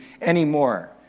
anymore